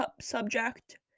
subject